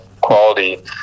quality